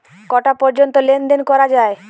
কটা পর্যন্ত লেন দেন করা য়ায়?